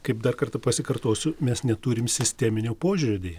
kaip dar kartą pasikartosiu mes neturim sisteminio požiūrio deja